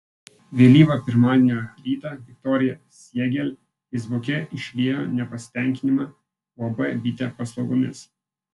vėlyvą pirmadienio rytą viktorija siegel feisbuke išliejo nepasitenkinimą uab bitė paslaugomis